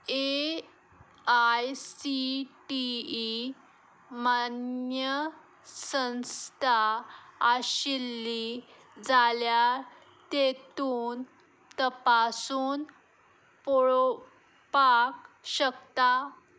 A I C T E मान्य संस्था आशिल्ली जाल्या तेतून तपासून पळोपाक शकता